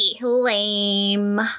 Lame